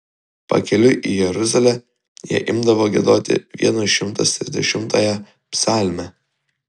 pakeliui į jeruzalę jie imdavo giedoti vienas šimtas trisdešimtąją psalmę